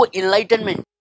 enlightenment